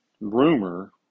rumor